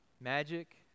Magic